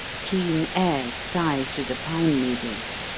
keen airs sigh through the pine-needles.